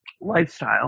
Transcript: lifestyle